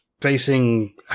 facing